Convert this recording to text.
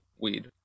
weed